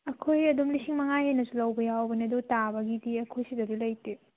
ꯑꯩꯈꯣꯏ ꯑꯗꯨꯝ ꯂꯤꯁꯤꯡ ꯃꯉꯥ ꯍꯦꯟꯅꯁꯨ ꯂꯧꯕ ꯌꯥꯎꯕꯅꯦ ꯑꯗꯣ ꯇꯕꯒꯤꯗꯤ ꯑꯩꯈꯣꯏ ꯁꯤꯗꯗꯤ ꯂꯩꯇꯦ